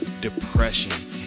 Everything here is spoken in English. depression